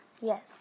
Yes